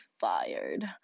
fired